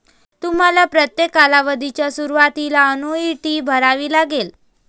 तुम्हाला प्रत्येक कालावधीच्या सुरुवातीला अन्नुईटी भरावी लागेल